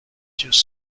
just